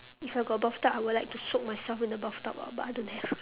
if I got a bathtub I would like to soak myself in the bathtub ah but I don't have